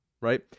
Right